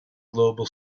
global